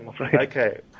Okay